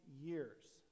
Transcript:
years